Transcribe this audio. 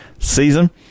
season